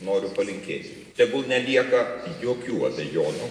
noriu palinkėti tegul nelieka jokių abejonių